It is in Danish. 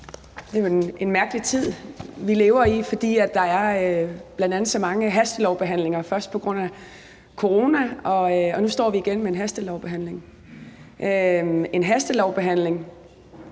Det er en mærkelig tid, vi lever i, fordi der bl.a. er så mange hastelovbehandlinger, først på grund af corona, og nu står vi igen med en hastelovbehandling – en hastelovbehandling,